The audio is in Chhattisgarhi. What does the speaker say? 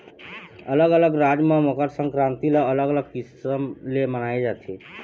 अलग अलग राज म मकर संकरांति ल अलग अलग किसम ले मनाए जाथे